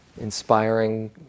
Inspiring